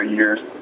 years